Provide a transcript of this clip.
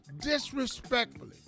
disrespectfully